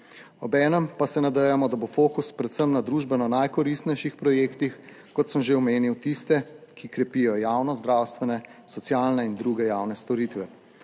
Obenem pa se nadejamo, da bo fokus predvsem na družbeno najkoristnejših projektih, kot sem že omenil tiste, ki krepijo javno zdravstvene, socialne in druge javne storitve.